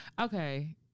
Okay